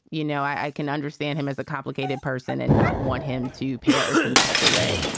you know, i can understand him as a complicated person and not want him to perish in such a way,